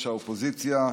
האופוזיציה,